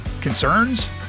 Concerns